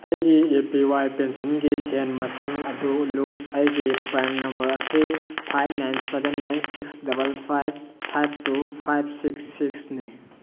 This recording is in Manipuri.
ꯑꯩꯒꯤ ꯑꯦ ꯄꯤ ꯋꯥꯏ ꯄꯦꯟꯁꯟꯒꯤ ꯁꯦꯜ ꯃꯁꯤꯡ ꯑꯗꯨ ꯎꯠꯂꯨ ꯑꯩꯒꯤ ꯄ꯭ꯔꯥꯟ ꯅꯝꯕꯔ ꯑꯁꯤ five nine seven nine six double five five two five six six ꯅꯤ